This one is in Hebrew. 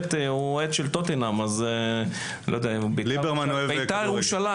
הוא אוהד של טוטנהאם ושל ביתר ירושלים.